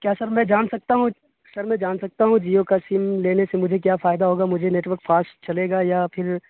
کیا سر میں جان سکتا ہوں سر میں جان سکتا ہوں جیو کا سیم لینے سے مجھے کیا فائدہ ہوگا مجھے نیٹ ورک فارسٹ چلے گا یا پھر